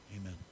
Amen